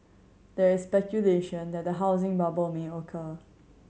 there is speculation that the housing bubble may occur